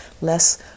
less